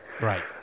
Right